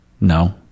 No